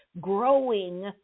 growing